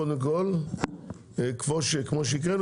כמו שהקראנו,